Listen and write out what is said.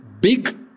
big